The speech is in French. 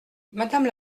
madame